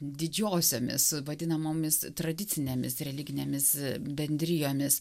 didžiosiomis vadinamomis tradicinėmis religinėmis bendrijomis